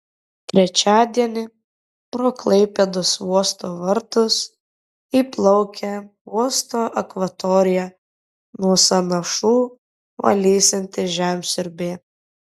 trečiadienį pro klaipėdos uosto vartus įplaukė uosto akvatoriją nuo sąnašų valysianti žemsiurbė